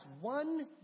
one